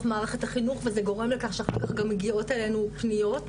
מערכת החינוך וזה גורם לכך שאחר כך גם מגיעות אלינו פניות,